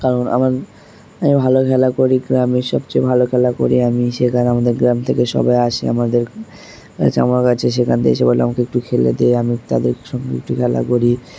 কারণ আমার আমি ভালো খেলা করি গ্রামের সবচেয়ে ভালো খেলা করি আমি সেখানে আমাদের গ্রাম থেকে সবাই আসে আমাদের চামড়াটা আছে সেখান থেকে এসে বলে আমাকে একটু খেলতে দেয় আমি তাদের সঙ্গে একটু খেলা করি